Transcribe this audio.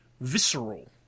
visceral